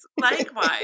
Likewise